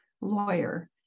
lawyer